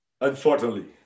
Unfortunately